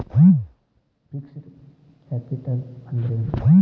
Fixed capital ಅಂದ್ರೇನು?